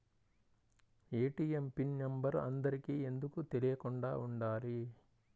ATM PIN number అందరికి ఎందుకు తెలియకుండా ఉండాలి?